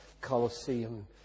Colosseum